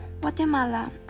Guatemala